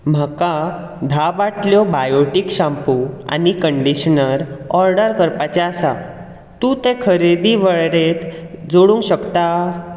म्हाका धा बाटल्यो बायोटीक शाम्पू आनी कंडिशनर ऑर्डर करपाचें आसा तूं तें खरेदी वळेरेंत जोडूंक शकता